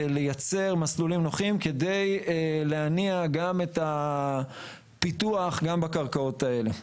לייצר מסלולים נוחים כדי להניע גם את הפיתוח גם בקרקעות האלה.